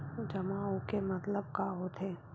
जमा आऊ के मतलब का होथे?